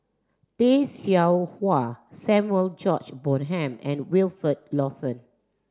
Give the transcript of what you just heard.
Tay Seow Huah Samuel George Bonham and Wilfed Lawson